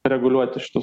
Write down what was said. reguliuoti šitus